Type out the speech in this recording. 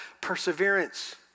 Perseverance